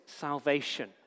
salvation